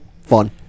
fun